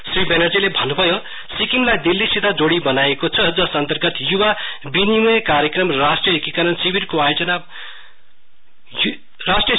श्री बेनर्जीले भन्न्भयो सिक्किमलाई दिल्लीसित जोड़ी बनाइएको छजस अन्तरर्गत य्वा विनिमय कार्यक्रम र राष्ट्रीय एकीकरण शिविरको योजना बनाइएको छ